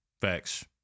facts